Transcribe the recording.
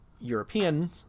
European